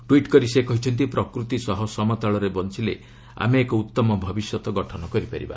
tweet କରି ସେ କହିଛନ୍ତି ପ୍ରକୃତି ସହ ସମତାଳରେ ବଞ୍ଚଲେ ଆମେ ଏକ ଉତ୍ତମ ଭବିଷ୍ୟତ ଗଠନ କରିପାରିବା